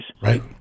Right